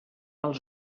els